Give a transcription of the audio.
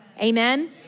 Amen